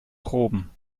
proben